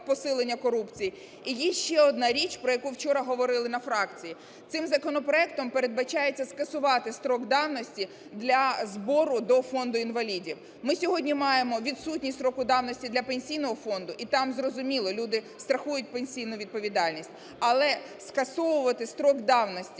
посилення корупції. І є ще одна річ, про яку вчора говорили на фракції. Цим законопроектом передбачається скасувати строк давності для збору до Фонду інвалідів. Ми сьогодні маємо відсутність строку давності для Пенсійного фонду і там, зрозуміло, люди страхують пенсійну відповідальність. Але скасовувати строк давності